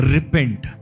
Repent